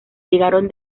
llegaron